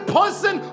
person